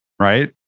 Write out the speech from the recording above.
Right